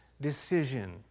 decision